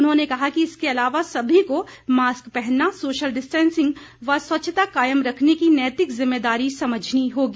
उन्होंने कहा कि इसके अलावा सभी को मास्क पहनना सोशल डिस्टैंसिंग व स्वच्छता कायम रखने की नैतिक जिम्मेदारी समझनी होगी